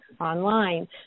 online